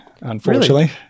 unfortunately